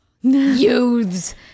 Youths